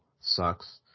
sucks